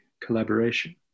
collaboration